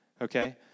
Okay